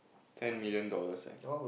ten million dollars eh